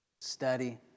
study